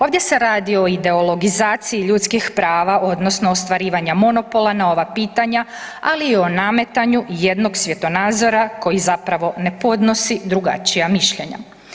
Ovdje se radi o ideologizaciji ljudskih prava odnosno ostvarivanja monopola na ova pitanja, ali i o nametanju jednog svjetonazora koji zapravo ne podnosi drugačija mišljenja.